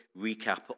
recap